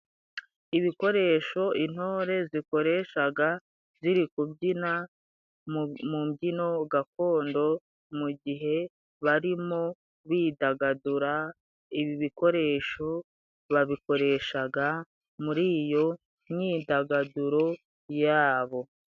Ibikoresho intore zikoreshaga ziri kubyina mu mbyino gakondo mu gihe barimo bidagadura, ibi ibikoresho babikoreshaga muri iyo myidagaduro yabo.